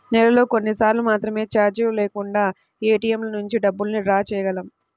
నెలలో కొన్నిసార్లు మాత్రమే చార్జీలు లేకుండా ఏటీఎంల నుంచి డబ్బుల్ని డ్రా చేయగలం